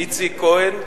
איציק כהן.